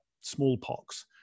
smallpox